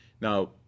Now